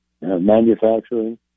manufacturing